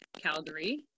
Calgary